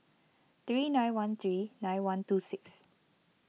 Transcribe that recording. three nine one three nine one two six